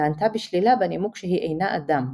נענתה בשלילה בנימוק שהיא "אינה אדם".